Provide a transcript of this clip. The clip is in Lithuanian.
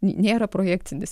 nėra projekcinis